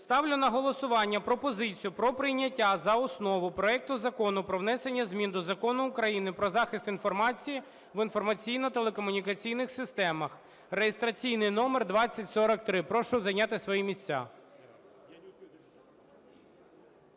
Ставлю на голосування пропозицію про прийняття за основу проекту Закону про внесення змін до Закону України "Про захист інформації в інформаційно-телекомунікаційних системах" (реєстраційний номер 2043). Прошу зайняти свої місця.